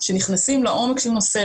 שנכנסים לעומק של נושא,